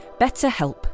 BetterHelp